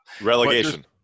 Relegation